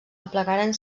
aplegaren